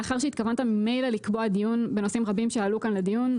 מאחר שהתכוונת ממילא לקבוע דיון בנושאים רבים שעלו כאן לדיון,